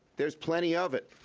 there is plenty of it.